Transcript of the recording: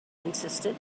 insisted